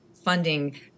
funding